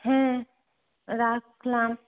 হ্যাঁ রাখলাম